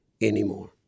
anymore